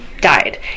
died